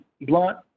blunt